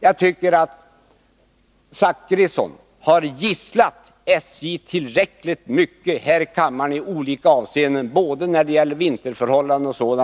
Jag tycker att herr Zachrisson har gisslat SJ tillräckligt mycket här i kammaren i olika avseenden, t.ex. när det gäller vinterförhållanden, så